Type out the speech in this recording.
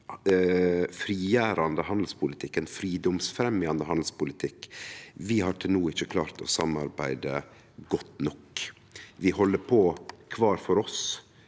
ein frigjerande handelspolitikk, ein fridomsfremjande handelspolitikk, til no ikkje har klart å samarbeide godt nok. Vi held på kvar for oss,